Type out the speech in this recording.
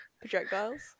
projectiles